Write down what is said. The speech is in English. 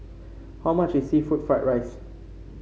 how much is seafood Fried Rice